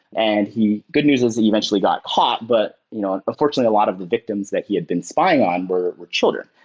and good news is he eventually got caught, but you know unfortunately a lot of the victims that he had been spying on were were children.